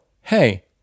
hey